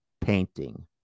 painting